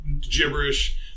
gibberish